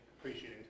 appreciating